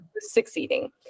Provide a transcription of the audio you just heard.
succeeding